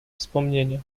wspomnienia